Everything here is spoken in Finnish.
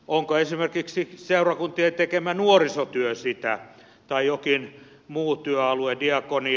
onko esimerkiksi seurakuntien tekemä nuorisotyö sitä tai jokin muu työalue diakonia